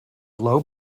low